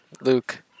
Luke